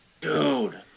dude